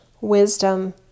wisdom